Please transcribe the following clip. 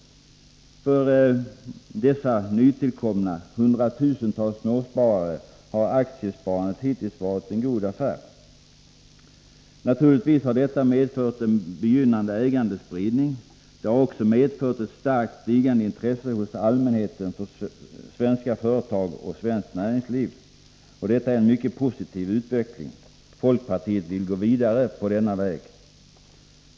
För de nytillkomna hundratusentals småspararna har aktiesparandet hittills varit en mycket god affär. Naturligtvis har detta medfört en begynnande ägandespridning. Det har också medfört ett starkt stigande intresse hos allmänheten för svenska företag och svenskt näringsliv. Det är en mycket positiv utveckling. Folkpartiet vill gå vidare på denna väg.